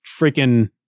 freaking